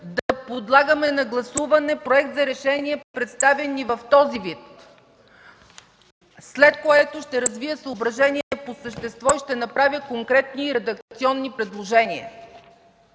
да подлагаме на гласуване проект за решение, представен ни в този вид, след което ще развия съображения по същество и ще направя конкретни редакционни предложения.